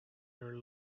your